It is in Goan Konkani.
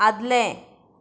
आदलें